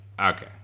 Okay